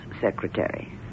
secretary